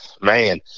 Man